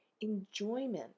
Enjoyment